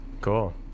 Cool